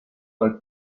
dal